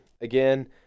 again